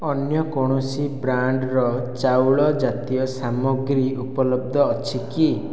ଅନ୍ୟ କୌଣସି ବ୍ରାଣ୍ଡ୍ର ଚାଉଳ ଜାତୀୟ ସାମଗ୍ରୀ ଉପଲବ୍ଧ ଅଛି କି